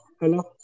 Hello